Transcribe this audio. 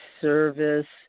service –